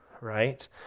right